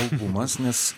albumas nes